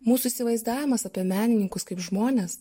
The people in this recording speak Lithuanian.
mūsų įsivaizdavimas apie menininkus kaip žmones